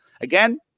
Again